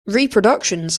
reproductions